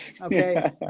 Okay